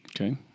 Okay